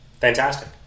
Fantastic